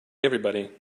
everybody